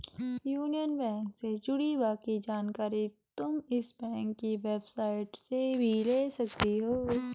union bank से जुड़ी बाकी जानकारी तुम इस बैंक की वेबसाईट से भी ले सकती हो